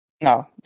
No